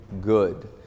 good